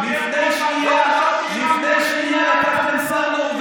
לא שירת בצה"ל.